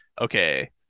okay